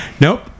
Nope